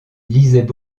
lisaient